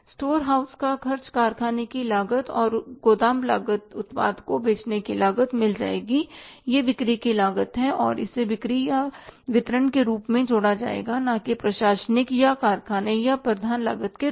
store house का खर्च कारखाने की लागत और गोदाम उत्पाद को बेचने की लागत मिल जाएगी वह बिक्री की लागत है और इसे बिक्री या वितरण के रूप में जोड़ा जाएगा न कि प्रशासनिक या कारखाने या प्रधान लागत के रूप में